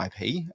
IP